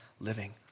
living